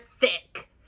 thick